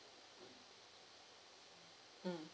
mm